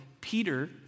Peter